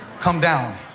come down.